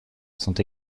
sont